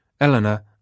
Eleanor